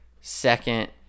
second